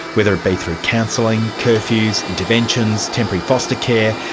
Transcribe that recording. whether it be through counselling, curfews, interventions, temporary foster care,